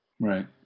Right